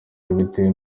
yabitewe